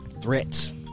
threats